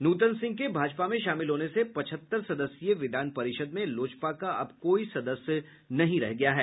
नूतन सिंह के भाजपा में शामिल होने से पचहत्तर सदस्यीय विधान परिषद में लोजपा का अब कोई सदस्य नहीं रह गया है